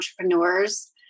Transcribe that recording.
entrepreneurs